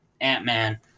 Ant-Man